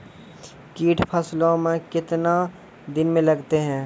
कीट फसलों मे कितने दिनों मे लगते हैं?